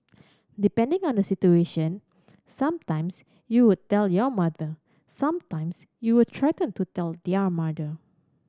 depending on the situation some times you would tell your mother some times you will threaten to tell their mother